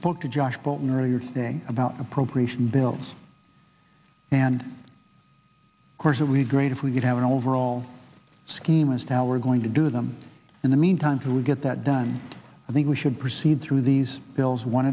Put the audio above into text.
spoke to josh bolton earlier thing about appropriation bills and of course that we had great if we could have an overall scheme as to how we're going to do them in the meantime to get that done i think we should proceed through these bills one